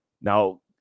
Now